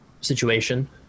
situation